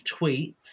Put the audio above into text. tweets